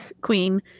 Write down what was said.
queen